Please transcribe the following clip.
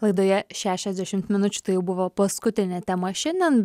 laidoje šešiasdešimt minučių tai jau buvo paskutinė tema šiandien